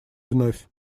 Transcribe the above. вновь